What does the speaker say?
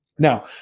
Now